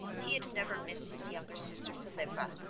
he had never missed his younger sister philippa,